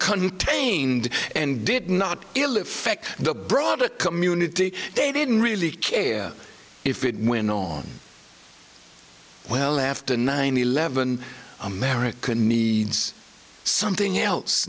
contained and did not ill effect the broader community they didn't really care if it went on well after nine eleven america needs something else